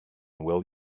will